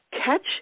catch